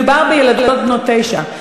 מדובר בילדות בנות תשע.